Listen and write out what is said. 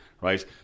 right